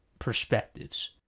perspectives